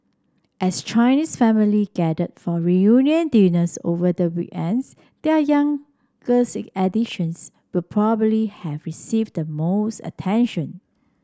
as Chinese families gathered for reunion dinners over the weekend their youngest additions would probably have received the most attention